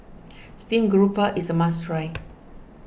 Steamed Grouper is a must try